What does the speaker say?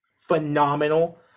phenomenal